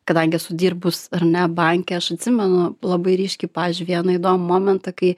kadangi esu dirbus ar ne banke aš atsimenu labai ryškiai pavyzdžiui vieną įdomų momentą kai